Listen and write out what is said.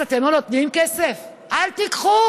אז אתם לא נותנים כסף, אל תיקחו.